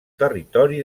territori